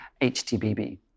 HTBB